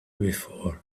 before